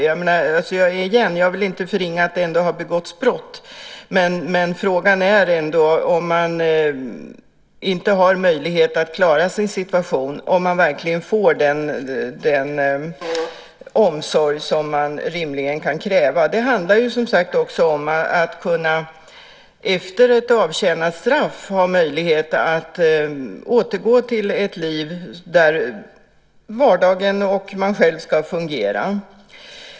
Jag vill inte förringa att det har begåtts brott, men frågan är ändå om man när man inte har möjlighet att klara sin situation verkligen får den omsorg som man rimligen kan kräva. Det handlar ju som sagt också om att efter ett avtjänat straff ha möjlighet att återgå till ett liv där man fungerar i vardagen.